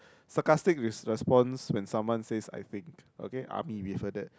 sarcastic response when someone says I think okay army we've heard that